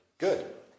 Good